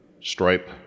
Stripe